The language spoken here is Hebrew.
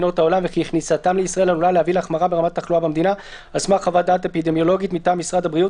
מי מציג לנו את זה, משרד המשפטים או משרד הבריאות?